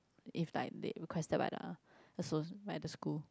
if like they requested by the the so~ by the school